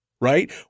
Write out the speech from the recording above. Right